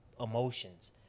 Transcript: emotions